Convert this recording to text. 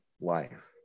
life